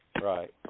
Right